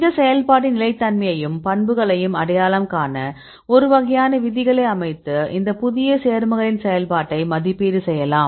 இந்த செயல்பாட்டின் நிலைத்தன்மையையும் பண்புகளையும் அடையாளம் காண ஒரு வகையான விதிகளை அமைத்து இந்த புதிய சேர்மங்களின் செயல்பாட்டை மதிப்பீடு செய்யலாம்